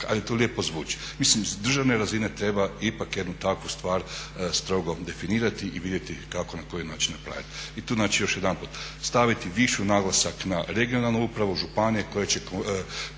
ali to lijepo zvuči. Mislim s državne razine treba ipak jednu takvu stvar strogo definirati kako i na koji način napraviti. I tu znači još jedanput staviti višu naglasak na regionalnu upravu, županije koje će